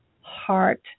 heart